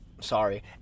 sorry